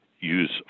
use